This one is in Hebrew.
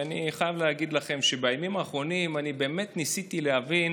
ואני חייב להגיד לכם שבימים האחרונים ניסיתי להבין